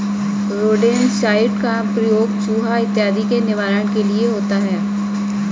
rodenticide का प्रयोग चुहा इत्यादि के निवारण के लिए होता है